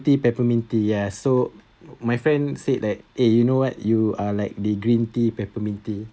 tea peppermint tea ya so my friend said that eh you know what you are like the green tea peppermint tea